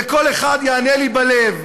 וכל אחד יענה לי בלב,